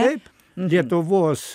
taip lietuvos